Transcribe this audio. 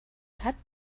hat